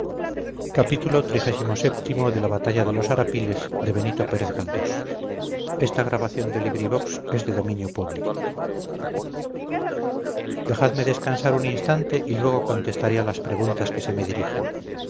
dejadme descansar un instante y luego contestaré a las preguntas que se me dirigen